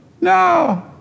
No